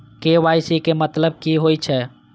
KYC के मतलब कि होई छै?